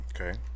Okay